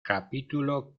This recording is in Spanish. capítulo